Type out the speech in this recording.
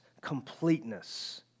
completeness